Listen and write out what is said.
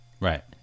Right